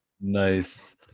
Nice